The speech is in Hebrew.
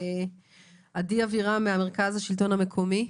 עדי אבירם ממרכז השלטון המקומי,